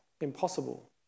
impossible